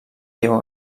diego